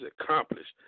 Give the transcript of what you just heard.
accomplished